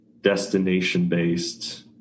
destination-based